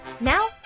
now